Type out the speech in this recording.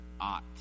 ought